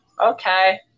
okay